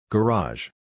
Garage